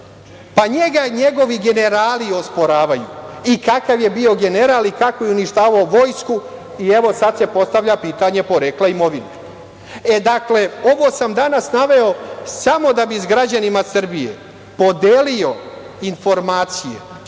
Pa, njega njegovi generali osporavaju i kakav je bio general i kako je uništavao vojsku. Evo, sada se postavlja pitanje porekla imovine. Dakle, ovo sam danas naveo samo da bi sa građanima Srbije podelio informacije